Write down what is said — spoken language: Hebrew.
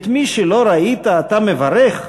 את מי שלא ראית אתה מברך?